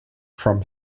from